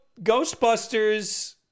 Ghostbusters